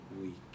week